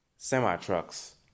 Semi-trucks